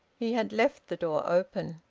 he had left the door open.